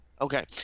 okay